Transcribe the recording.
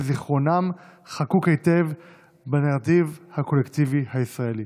וזיכרונם חקוק היטב בנרטיב הקולקטיבי הישראלי.